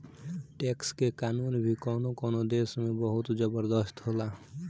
tax के कानून भी कवनो कवनो देश में बहुत जबरदस्त होला